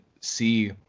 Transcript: see